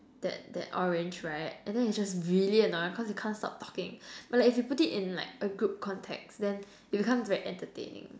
that that orange right and then is just really annoying cause it can't stop talking but like if you put it like a group context then it becomes very entertaining